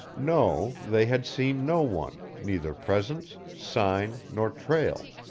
no, they had seen no one, neither presence, sign, nor trail.